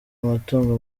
amatungo